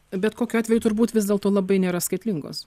bet kokiu atveju turbūt vis dėlto labai nėra skaitlingos